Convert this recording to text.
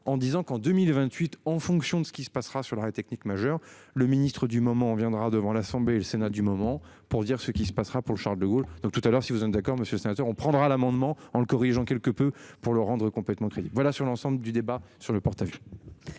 en disant qu'en 2028 en fonction de ce qui se passera sur l'arrêt technique majeur, le ministre-du moment viendra devant l'Assemblée et le Sénat du moment pour dire ce qui se passera pour le Charles de Gaulle, donc tout à l'heure si vous êtes d'accord monsieur sénateur on prendra l'amendement en le corrigeant quelque peu pour le rendre complètement voilà sur l'ensemble du débat sur le portable.